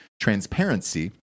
transparency